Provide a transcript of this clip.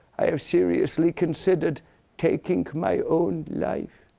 i have seriously considered taking my own life.